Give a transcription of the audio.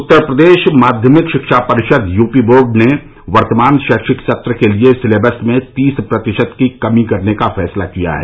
उत्तर प्रदेश माध्यमिक शिक्षा परिषद यूपी बोर्ड ने वर्तमान शैक्षिक सत्र के लिए सिलेबस में तीस प्रतिशत की कमी करने का फैसला किया है